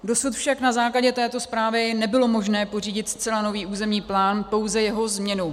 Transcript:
Dosud však na základě této zprávy nebylo možné pořídit zcela nový územní plán, pouze jeho změnu.